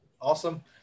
Awesome